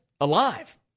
alive